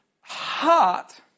heart